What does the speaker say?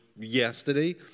yesterday